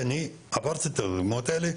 כי אני עברתי את הדוגמאות האלה.